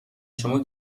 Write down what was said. شما